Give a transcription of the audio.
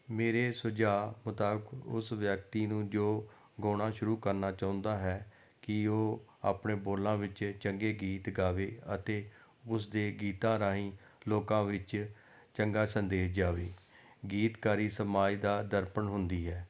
ਮੇਰੇ ਸੁਝਾਅ ਮੁਤਾਬਿਕ ਉਸ ਵਿਅਕਤੀ ਨੂੰ ਜੋ ਗਾਉਣਾ ਸ਼ੁਰੂ ਕਰਨਾ ਚਾਹੁੰਦਾ ਹੈ ਕਿ ਉਹ ਆਪਣੇ ਬੋਲਾਂ ਵਿੱਚ ਚੰਗੇ ਗੀਤ ਗਾਵੇ ਅਤੇ ਉਸ ਦੇ ਗੀਤਾਂ ਰਾਹੀਂ ਲੋਕਾਂ ਵਿੱਚ ਚੰਗਾ ਸੰਦੇਸ਼ ਜਾਵੇ ਗੀਤਕਾਰੀ ਸਮਾਜ ਦਾ ਦਰਪਣ ਹੁੰਦੀ ਹੈ